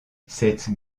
cette